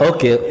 Okay